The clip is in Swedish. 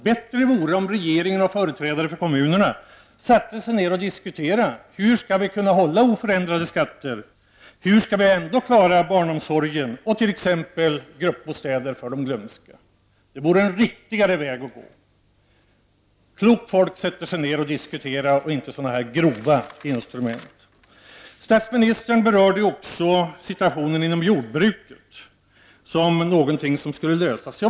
Det vore bättre om regeringen och företrädare för kommunerna satte sig ner och diskuterade hur man skall klara att hålla oförändrade skatter och hur man t.ex. ändå skall klara barnomsorgen och gruppbostäder för de dementa. Det vore en riktigare väg att gå. Klokt folk sätter sig ned och diskuterar och tar inte till så grova instrument. Statsministern berörde också att situationen inom jordbruket skall lösas.